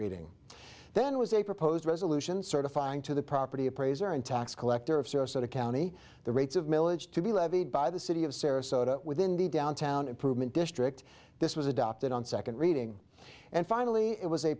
reading then was a proposed resolution certifying to the property appraiser and tax collector of sarasota county the rates of milledge to be levied by the city of sarasota within the downtown improvement district this was adopted on second reading and finally it was